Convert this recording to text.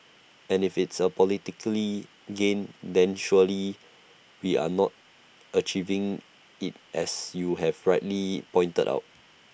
and if IT is A political gain then surely we are not achieving IT as you have rightly pointed out